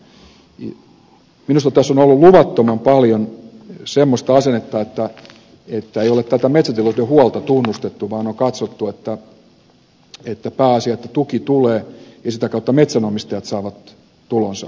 minusta tässä on ollut luvattoman paljon semmoista asennetta että ei ole tätä metsäteollisuuden huolta tunnustettu vaan on katsottu että pääasia että tuki tulee ja sitä kautta metsänomistajat saavat tulonsa syntymään